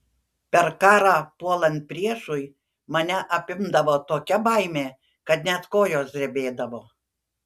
per karą puolant priešui mane apimdavo tokia baimė kad net kojos drebėdavo